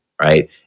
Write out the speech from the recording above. Right